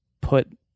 put